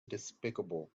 despicable